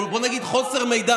בואי נגיד חוסר מידע,